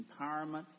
empowerment